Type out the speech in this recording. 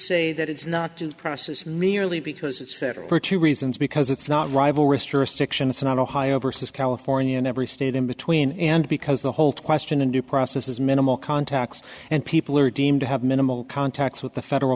say that it's not just process merely because it's better for two reasons because it's not rival wrister stiction it's not ohio versus california in every state in between and because the whole question and due process is minimal contacts and people are deemed to have minimal contacts with the federal